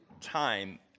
time